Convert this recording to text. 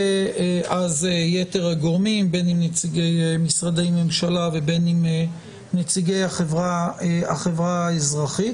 ואז יתר הגורמים בין נציגי משרדי הממשלה ובין נציגי החברה האזרחית.